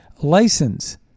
license